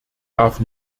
darf